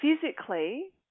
Physically